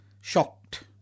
Shocked